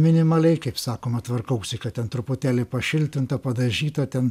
minimaliai kaip sakoma tvarkausi kad ten truputėlį pašiltinta padažyta ten